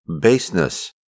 baseness